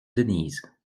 denise